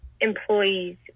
employees